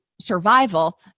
survival